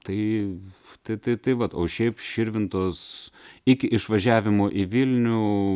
tai tai tai tai vat o šiaip širvintos iki išvažiavimo į vilnių